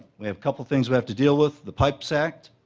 we have couple things we have to deal with, the pipe sack,